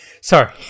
Sorry